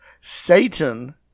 Satan